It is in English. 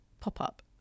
pop-up